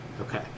Okay